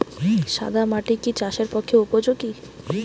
সাদা মাটি কি চাষের পক্ষে উপযোগী?